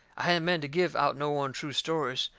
i hadn't meant to give out no untrue stories.